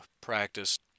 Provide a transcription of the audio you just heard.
practiced